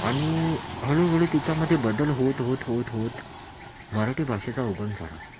आणि हळूहळू तिच्यामध्ये बदल होत होत होत होत मराठी भाषेचा उगम झाला